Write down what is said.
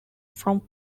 from